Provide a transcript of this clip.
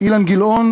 אילן גילאון,